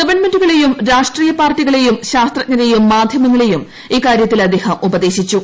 ഗവൺമെന്റുകളെയും രാഷ്ട്രീയ പാർട്ടികളെയും ശാസ്ത്രജ്ഞരെയും മാധ്യമങ്ങളെയും ഇ്ക്കാര്യത്തിൽ അദ്ദേഹം ഉപദേശിച്ചു